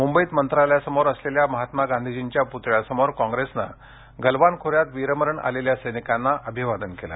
मुंबईत मंत्रालयासमोर असलेल्या महात्मा गांधीजींच्या पुतळ्यासमोर काँग्रेसनं गलवान खोऱ्यात वीरमरण आलेल्या सैनिकांना अभिवादन केलं